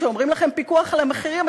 כשאומרים לכם פיקוח על המחירים,